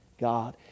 God